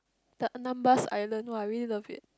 the numbers I learn !wah! I really love it